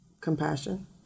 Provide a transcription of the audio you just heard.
compassion